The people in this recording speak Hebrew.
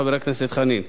חבר הכנסת חנין,